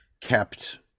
kept